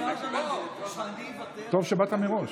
טוב שבאת מראש.